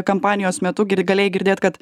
kampanijos metu gir galėjai girdėt kad